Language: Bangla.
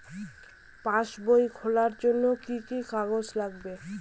পাসবই খোলার জন্য কি কি কাগজ লাগবে?